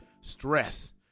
stress